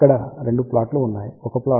ఇక్కడ 2 ప్లాట్లు ఉన్నాయి 1 ప్లాట్ εr 2